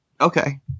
Okay